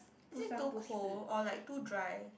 is it too cold or like too dry